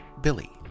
Billy